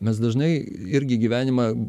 mes dažnai irgi gyvenimą